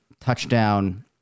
touchdown